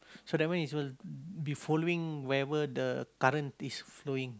so that means you will be following wherever the current is flowing